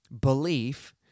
belief